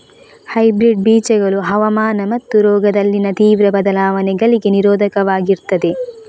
hybrid ಬೀಜಗಳು ಹವಾಮಾನ ಮತ್ತು ರೋಗದಲ್ಲಿನ ತೀವ್ರ ಬದಲಾವಣೆಗಳಿಗೆ ನಿರೋಧಕವಾಗಿರ್ತದೆ